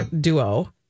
duo